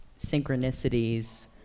synchronicities